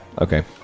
okay